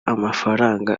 amafaranga